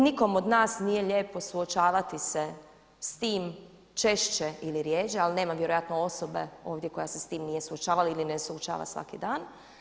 Nikom od nas nije lijepo suočavati se s tim češće ili rjeđe ali nema vjerojatno osobe ovdje koja se s tim nije suočavala ili ne suočava svaki dan.